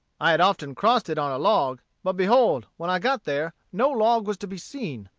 i had often crossed it on a log but behold, when i got there no log was to be seen.